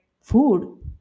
food